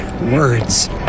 words